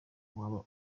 waba